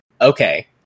okay